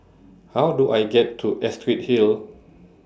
How Do I get to Astrid Hill